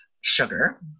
sugar